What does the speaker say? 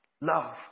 Love